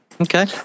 Okay